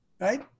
Right